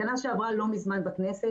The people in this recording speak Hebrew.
תקנה שעברה לא מזמן בכנסת,